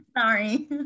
Sorry